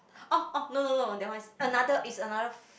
oh oh no no no that one is another is another